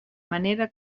manera